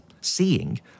seeing